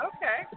Okay